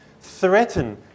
threaten